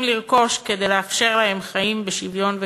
לרכוש כדי לאפשר להם חיים בשוויון וכבוד.